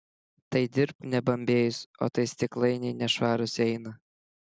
tai dirbk nebambėjus o tai stiklainiai nešvarūs eina